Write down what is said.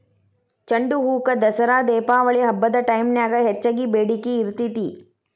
ಚಂಡುಹೂಕ ದಸರಾ ದೇಪಾವಳಿ ಹಬ್ಬದ ಟೈಮ್ನ್ಯಾಗ ಹೆಚ್ಚಗಿ ಬೇಡಿಕಿ ಇರ್ತೇತಿ